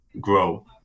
grow